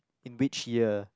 in which year